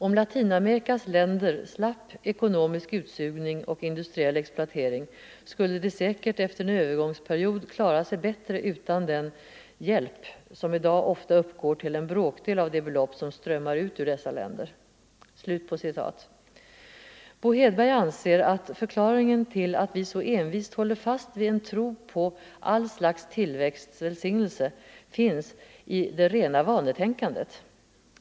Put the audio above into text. Om Latinamerikas länder slapp ekonomisk utsugning och industriell exploatering skulle de säkert efter en övergångsperiod klara sig bättre utan den ”hjälp” som i dag ofta uppgår till en bråkdel av de belopp som strömmar ur dessa länder.” Bo Hedberg anser att förklaringen till att vi så envist håller fast vid en tro på allt slags tillväxts välsignelse finns i det rena vanetänkandet.